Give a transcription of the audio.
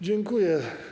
Dziękuję.